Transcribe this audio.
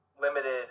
limited